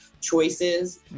choices